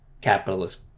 capitalist